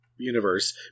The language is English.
universe